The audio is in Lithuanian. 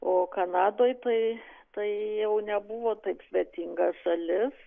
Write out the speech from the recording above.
o kanadoj tai tai jau nebuvo taip svetinga šalis